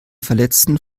verletzten